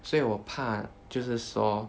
所以我怕就是说